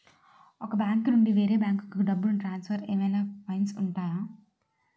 ఒక బ్యాంకు నుండి వేరే బ్యాంకుకు డబ్బును ట్రాన్సఫర్ ఏవైనా ఫైన్స్ ఉంటాయా?